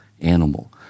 animal